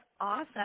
awesome